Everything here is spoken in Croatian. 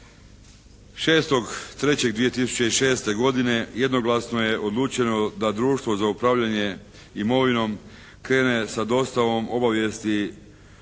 6.3.2006. godine jednoglasno je odlučeno da društvo za upravljanje imovinom krene sa dostavom obavijesti vlasnicima